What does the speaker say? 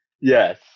Yes